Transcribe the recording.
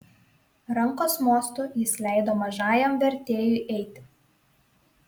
rankos mostu jis leido mažajam vertėjui eiti